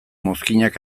mozkinak